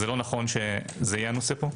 לא נכון שזה יהיה הנושא פה?